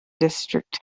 district